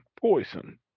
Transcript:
Poison